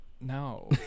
No